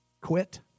Quit